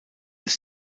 ist